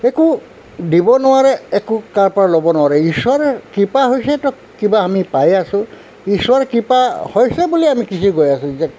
একো দিব নোৱাৰে একো কাৰ পৰা ল'ব নোৱাৰে ঈশ্বৰৰ কৃপা হৈছে ত' কিবা আমি পাইয়ে আছোঁ ঈশ্বৰ কৃপা হৈছে বুলি আমি গৈছোঁ যে